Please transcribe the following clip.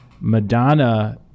Madonna